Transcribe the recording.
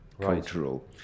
cultural